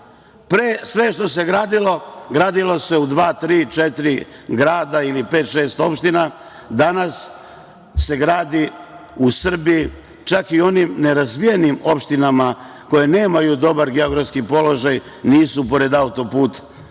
Pre sve što se gradilo gradilo se u dva, tri četiri grada, ili pet, šest opština. Danas se gradi u Srbiji, čak i u onim nerazvijenim opštinama koje nemaju dobar geografski položaj, nisu pored autoputa,